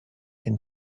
can